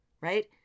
Right